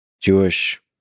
jewish